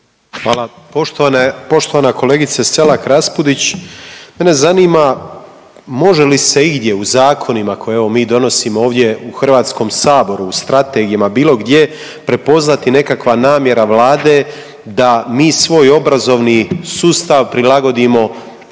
Hvala. Poštovana kolegice Selak Raspudić mene zanima može li se igdje u zakonima koje evo mi donosimo ovdje u Hrvatskom saboru, u strategijama, bilo gdje prepoznati nekakva namjera Vlade da mi svoj obrazovni sustav prilagodimo